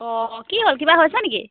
অঁ কি হ'ল কিবা হৈছে নেকি